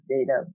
data